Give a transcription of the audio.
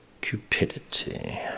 cupidity